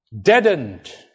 deadened